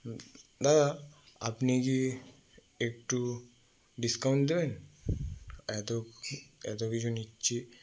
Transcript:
দাদা আপনি কি একটু ডিসকাউন্ট দেবেন এত এত কিছু নিচ্ছি